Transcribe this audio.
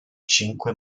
cinque